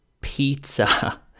pizza